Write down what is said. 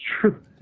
true